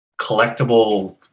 collectible